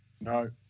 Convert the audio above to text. No